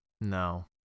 No